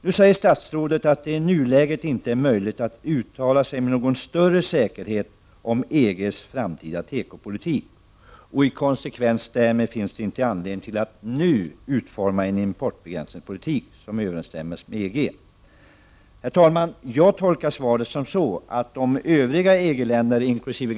Statsrådet säger att det i nuläget inte är möjligt att uttala sig med någon större säkerhet om EG:s framtida tekopolitik och att det i konsekvens därmed inte finns anledning att nu utforma en importbegränsningspolitik som överensstämmer med EG:s. Jag tolkar svaret så att om övriga EG-länder inkl.